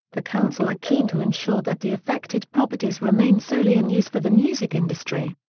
the council are keen to ensure that the affected properties remain solely in use for the music industry.